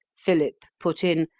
philip put in,